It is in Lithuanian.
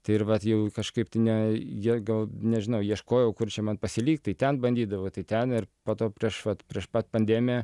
tai ir vat jau kažkaip ne jie gal nežinau ieškojau kur čia man pasilikti tai ten bandydavau tai ten ir po to prieš vat prieš pat pandemiją